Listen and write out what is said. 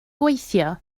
gweithio